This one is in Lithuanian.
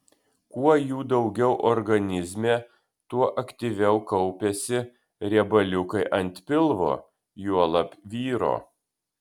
kuo jų daugiau organizme tuo aktyviau kaupiasi riebaliukai ant pilvo juolab vyro